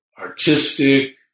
artistic